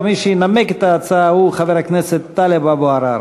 ומי שינמק את ההצעה הוא חבר הכנסת טלב אבו עראר.